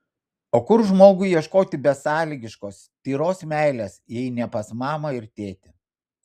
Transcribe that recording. o kur žmogui ieškoti besąlygiškos tyros meilės jei ne pas mamą ir tėtį